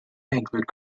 include